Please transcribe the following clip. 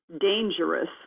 dangerous